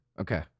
okay